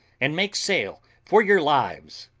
and make sail for your lives.